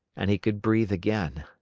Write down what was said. and he could breathe again.